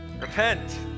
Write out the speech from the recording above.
repent